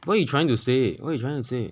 what you trying to say what you trying to say